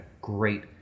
great